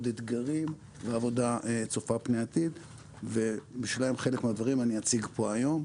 אתגרים ועבודה צופה פני עתיד וחלק מהדברים אני אציג פה היום.